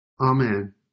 Amen